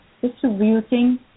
distributing